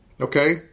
okay